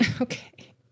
Okay